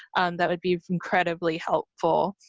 and that would be incredibly helpful.